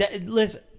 Listen